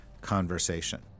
conversation